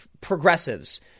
progressives